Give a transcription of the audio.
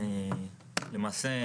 למעשה,